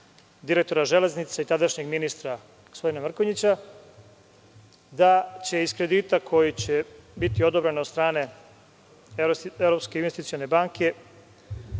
direktora „Železnice“ i tadašnjeg ministra, gospodina Mrkonjića, da će iz kredita koji će biti odobren od strane Evropske investicione banke,